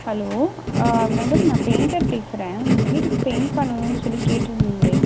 hello ஆ madam நான் painter பேசுகிறேன் உங்கள் வீட்டுக்கு பெயிண்ட் பண்ணணும்னு சொல்லி கேட்டுருந்திங்களே